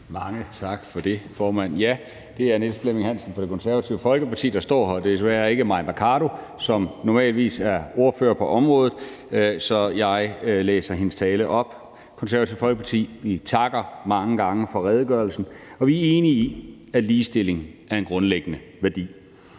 Mange tak for det, formand. Ja, det er Niels Flemming Hansen fra Det Konservative Folkeparti, der står her. Det er desværre ikke Mai Mercado, som normalvis er ordfører på området, så jeg læser hendes tale op. Det Konservative Folkeparti takker mange gange for redegørelsen, og vi er enige i, at ligestilling er en grundlæggende værdi.